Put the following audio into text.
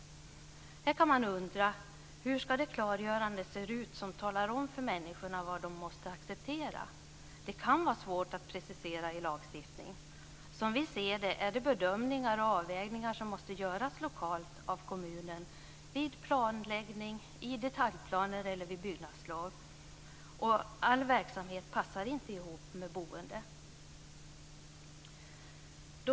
Här kan man undra hur det klargörande ska se ut som talar om för människor vad de måste acceptera. Det kan vara svårt att precisera i lagstiftning. Som vi ser det är det bedömningar och avvägningar som måste göras lokalt av kommunen vid planläggning, i detaljplaner eller vid byggnadslov. All verksamhet passar inte ihop med boende.